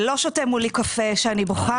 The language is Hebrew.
ולא שותה מולי קפה כשאני בוכה.